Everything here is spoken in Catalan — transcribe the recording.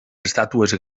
estàtues